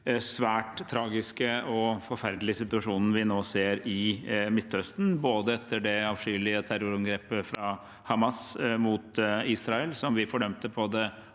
den svært tragiske og forferdelige situasjonen vi nå ser i Midtøsten, både etter det avskyelige terrorangrepet fra Hamas mot Israel, som vi fordømte på det